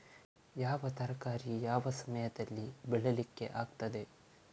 ಯಾವ ತರಕಾರಿ ಯಾವ ಸಮಯದಲ್ಲಿ ಬೆಳಿಲಿಕ್ಕೆ ಆಗ್ತದೆ?